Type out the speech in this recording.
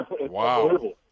Wow